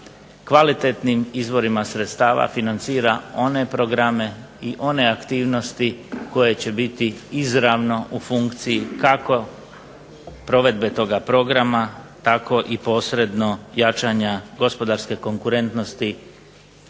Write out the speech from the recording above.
kvalitetnim izvorima sredstava financira one programe i one aktivnosti koje će biti izravno u funkciji kako provedbe toga programa, tako i posrednog jačanja gospodarske konkurentnosti